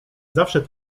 zawsze